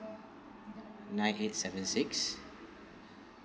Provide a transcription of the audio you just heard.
nine eight seven six